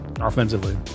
offensively